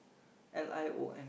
L I O N